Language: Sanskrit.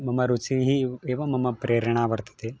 मम रुचिः एव मम प्रेरणा वर्तते